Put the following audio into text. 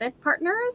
partners